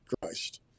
Christ